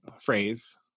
phrase